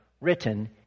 written